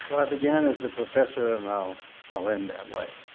i began as the professor, and i'll i'll end that way.